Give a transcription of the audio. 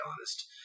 honest